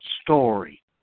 story